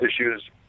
issues